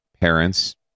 parents